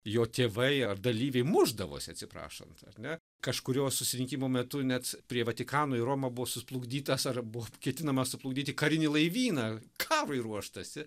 jo tėvai ar dalyviai mušdavosi atsiprašant ar ne kažkurio susirinkimo metu net prie vatikano į romą buvo suplukdytas ar buvo ketinama suplukdyti karinį laivyną kavai ruoštasi